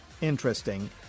interesting